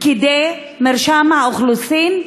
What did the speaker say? פקידי מרשם האוכלוסין,